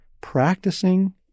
Practicing